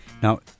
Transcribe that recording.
Now